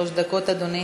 שלוש דקות, אדוני.